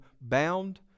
bound